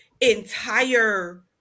entire